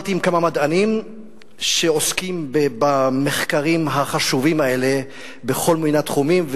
דיברתי עם כמה מדענים שעוסקים במחקרים החשובים האלה בכל מיני תחומים,